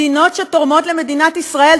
מדינות שתורמות למדינת ישראל,